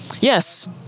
Yes